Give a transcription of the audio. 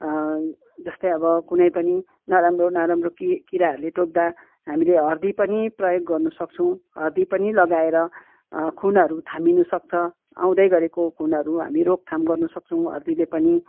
जस्तै अब कुनै पनि नराम्रो नराम्रो कीट किराहरूले टोक्दा हामीले हर्दी पनि प्रयोग गर्नसक्छौँ हर्दी पनि लगाएर खुनहरू थामिनुसक्छ आउँदै गरेको खुनहरू हामी रोकथाम गर्नुसक्छौँ हर्दीले पनि